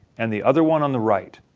and the other one on the right.